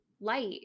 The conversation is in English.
light